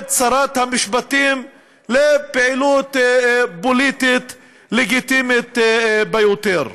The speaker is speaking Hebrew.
שרת המשפטים לפעילות פוליטית לגיטימית ביותר.